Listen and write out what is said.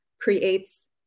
creates